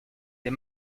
des